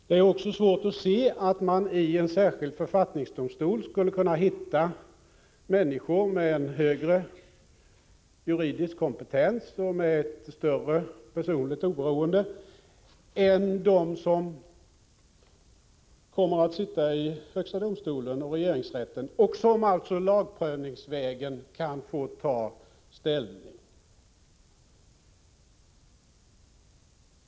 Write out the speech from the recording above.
Det är också svårt att se att man för en särskild författningsdomstol skulle kunna hitta människor med en högre juridisk kompetens och med ett större personligt oberoende än de som kommer att sitta i högsta domstolen och i regeringsrätten och som alltså lagprövningsvägen kan få ta ställning.